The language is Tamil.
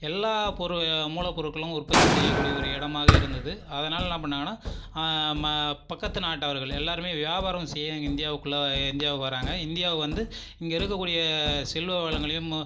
எல்லா பொருள் மூலப்பொருட்களும் உற்பத்தி செய்யக்கூடிய ஒரு இடமாகவே இருந்தது அதனால என்ன பண்ணிணாங்கன்னா பக்கத்து நாட்டவர்கள் எல்லோருமே வியாபாரம் செய்ய இங்கே இந்தியாவுக்குள்ளே இந்தியா வராங்க இந்தியா வந்து இங்கே இருக்கக்கூடிய செல்வ வளங்களையும்